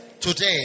Today